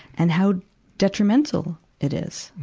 and how detrimental it is.